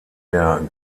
der